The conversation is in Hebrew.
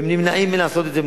הם נמנעים מלעשות את זה,